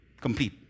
complete